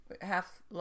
half